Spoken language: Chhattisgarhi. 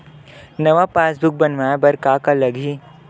नवा पासबुक बनवाय बर का का लगही?